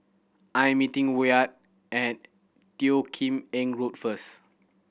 I'm meeting Wyatt at Teo Kim Eng Road first